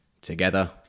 together